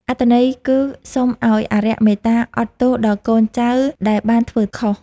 អត្ថន័យគឺសុំឱ្យអារក្សមេត្តាអត់ទោសដល់កូនចៅដែលបានធ្វើខុស។